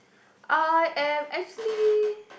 I am actually